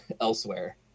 elsewhere